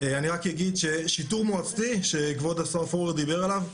אני רק אגיד ששיטור מועצתי שכבוד השר פורר דיבר עליו,